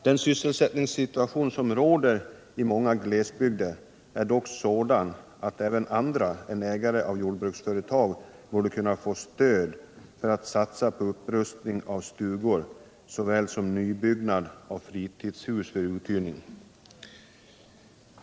Den sysselsättningssituation som råder i många glesbygder är dock sådan att även andra än ägare av jordbruksföretag borde kunna få stöd för att satsa på såväl upprustning av stugor som nybyggnad av fritidshus för uthyrning.